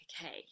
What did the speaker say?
okay